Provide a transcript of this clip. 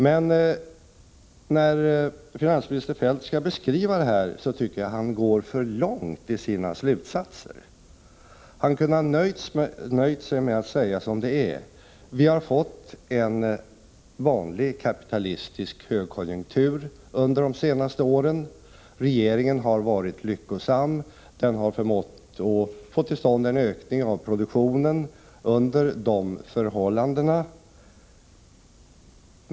Men när finansminister Feldt skall beskriva detta går han för långt i sina slutsatser. Han kunde ha nöjt sig med att säga som det är: Vi har fått en vanlig kapitalistisk högkonjunktur under de senaste åren. Regeringen har varit lyckosam, den har förmått att få till stånd en ökning av produktionen under de förhållandena.